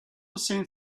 seemed